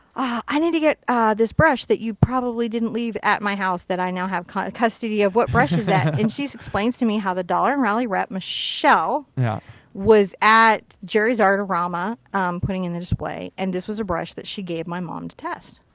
i need to, ah, get this brush that you probably didn't leave at my house that i now have custody of. what brush is that? and she explains to me how the daler and rowney rep michelle yeah was at jerrysartarama putting in the display and this was a brush that she gave my mom to test.